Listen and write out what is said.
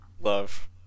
love